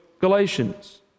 Galatians